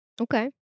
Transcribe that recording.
Okay